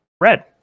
Red